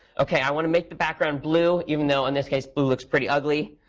ok. i want to make the background blue. even though, in this case, blue looks pretty ugly.